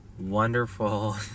wonderful